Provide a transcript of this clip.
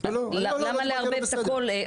אז למה לערבב את הכול?